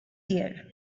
dear